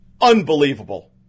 Unbelievable